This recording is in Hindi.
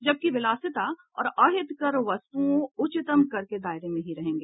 जबकि विलासिता और अहितकर वस्तुओं उच्चतम कर के दायरे में ही रहेंगी